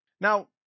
Now